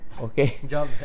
okay